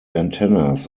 antennas